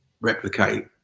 replicate